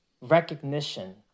recognition